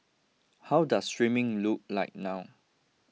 how does streaming look like now